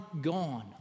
gone